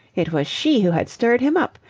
it was she who had stirred him up.